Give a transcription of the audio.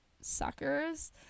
suckers